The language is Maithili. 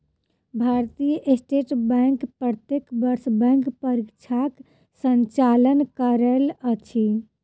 भारतीय स्टेट बैंक प्रत्येक वर्ष बैंक परीक्षाक संचालन करैत अछि